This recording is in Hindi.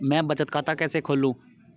मैं बचत खाता कैसे खोलूं?